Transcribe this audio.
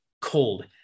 cold